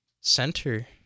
center